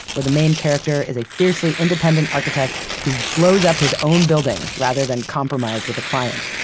where the main character is a fiercely independent architect who blows up his own building, rather than compromise with a client.